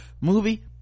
movie